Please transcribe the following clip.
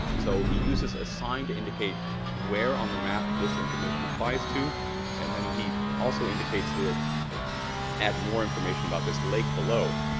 so he uses a sign to indicate where on the map this information applies to and then he also indicates he'll add more information about this lake below.